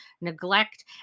neglect